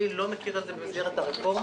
אני לא מכיר את זה במסגרת הרפורמה.